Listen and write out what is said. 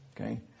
Okay